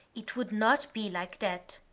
it would not be like that.